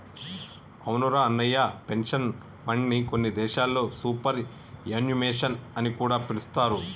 అవునురా అన్నయ్య పెన్షన్ ఫండ్ని కొన్ని దేశాల్లో సూపర్ యాన్యుమేషన్ అని కూడా పిలుస్తారు